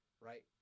right